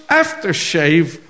aftershave